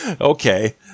okay